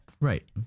Right